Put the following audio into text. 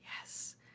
Yes